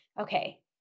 Okay